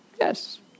Yes